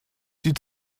die